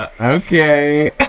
okay